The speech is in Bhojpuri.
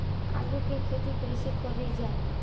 आलू की खेती कइसे कइल जाला?